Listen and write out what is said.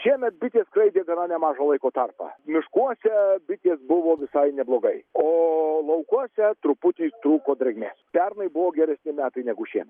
šiemet bitės skraidė gana nemažą laiko tarpą miškuose bitėms buvo visai neblogai o laukuose truputį trūko drėgmės pernai buvo geresni metai negu šie